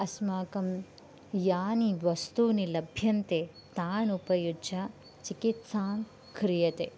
अस्माकं यानि वस्तूनि लभ्यन्ते तानुपयुज्य चिकित्सां क्रियते